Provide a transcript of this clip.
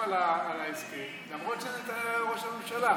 על ההסכם למרות שנתניהו היה ראש הממשלה.